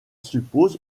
suppose